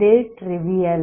இது ட்ரிவியல்